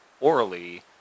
orally